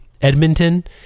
Edmonton